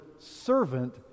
servant